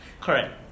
Correct